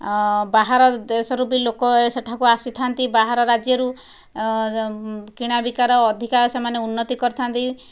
ବାହାର ଦେଶରୁ ବି ଲୋକ ସେଠାକୁ ଆସିଥାନ୍ତି ବାହାର ରାଜ୍ୟରୁ କିଣାବିକାର ଅଧିକା ସେମାନେ ଉନ୍ନତି କରିଥାନ୍ତି